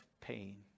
pain